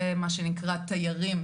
ומה שנקרא תיירים,